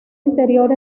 interior